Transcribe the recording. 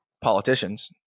politicians